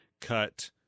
cut